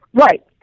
Right